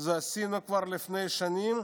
עשינו כבר לפני שנים,